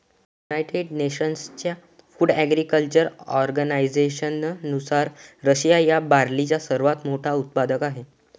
United नेशन्सच्या food agriculture ऑर्गनायझेशननुसार, Russia हा बार्लीचा सर्वात मोठा उत्पादक आहे